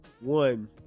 one